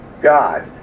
God